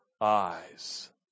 eyes